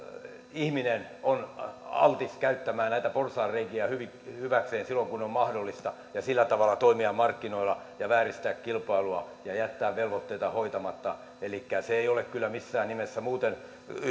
ihminen on altis käyttämään näitä porsaanreikiä hyväkseen silloin kun on on mahdollista sillä tavalla toimia markkinoilla ja vääristää kilpailua ja jättää velvoitteita hoitamatta elikkä se ei ole kyllä missään nimessä näin muuten